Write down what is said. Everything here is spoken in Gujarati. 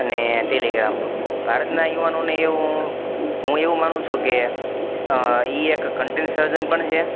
અને ટેલિગ્રામનો ભારતના યુવાનોને એવું હું હું એવું માનું છુ કે એ એક કન્ટેન સર્જન પણ છે